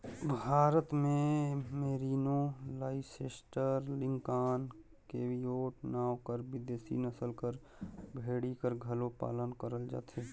भारत में merino, Leicester, Lincoln, Cheviot नांव कर बिदेसी नसल कर भेड़ी कर घलो पालन करल जाथे